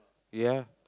ya